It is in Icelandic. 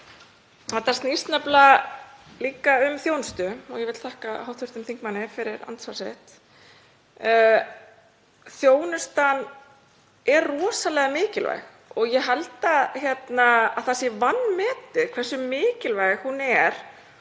Þetta snýst nefnilega líka um þjónustu — og ég vil þakka hv. þingmanni fyrir andsvarið. Þjónustan er rosalega mikilvæg. Ég held að það sé vanmetið hversu mikilvæg hún er.